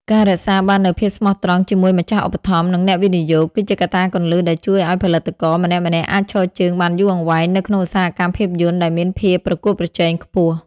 ការរក្សាបាននូវភាពស្មោះត្រង់ជាមួយម្ចាស់ឧបត្ថម្ភ និងអ្នកវិនិយោគ គឺជាកត្តាគន្លឹះដែលជួយឱ្យផលិតករម្នាក់ៗអាចឈរជើងបានយូរអង្វែងនៅក្នុងឧស្សាហកម្មភាពយន្តដែលមានភាពប្រកួតប្រជែងខ្ពស់។